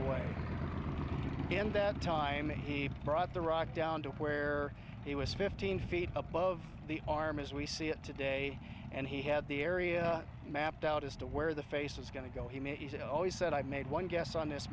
away and that time he brought the rock down to where he was fifteen feet above the arm as we see it today and he had the area mapped out as to where the face was going to go he said always said i made one guess on this